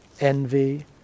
envy